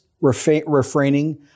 refraining